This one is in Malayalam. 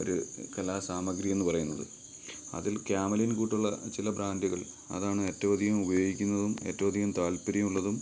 ഒരു കലാ സാമഗ്രി എന്ന് പറയുന്നത് അതിൽ ക്യാമലിൻ കൂട്ടുള്ള ചില ബ്രാൻറ്റുകൾ അതാണ് ഏറ്റവും അധികം ഉപയോഗിക്കുന്നതും ഏറ്റവും അധികം താൽപ്പര്യം ഉള്ളതും